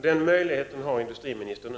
Den möjligheten har industriministern nu.